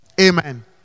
Amen